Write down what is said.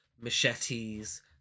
Machetes